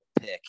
pick